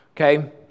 Okay